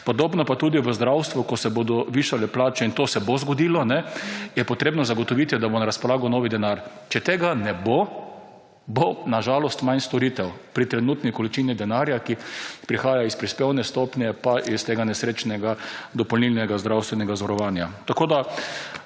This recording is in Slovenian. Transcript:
Podobno pat tudi v zdravstvu, ko se bodo višale plače in to se bo zgodilo, je potrebno zagotoviti, da bo na razpolago novi denar. Če tega ne bo, bo na žalost manj storitev pri trenutni količini denarja, ki prihaja iz prispevne stopnje pa iz tega nesrečnega dopolnilnega zdravstvenega zavarovanja.